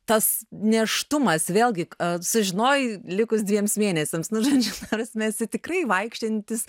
tas nėštumas vėlgi a sužinojai likus dviems mėnesiams nu žodžiu ta prasme esi tikrai vaikščiojantis